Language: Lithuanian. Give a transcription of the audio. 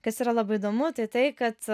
kas yra labai įdomu tai tai kad